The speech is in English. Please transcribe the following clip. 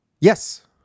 yes